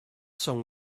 song